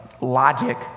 logic